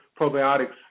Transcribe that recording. probiotics